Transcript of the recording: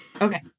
Okay